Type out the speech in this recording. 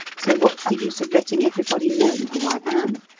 so what's the use of letting everybody know who i am?